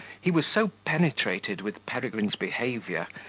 he was so penetrated with peregrine's behaviour,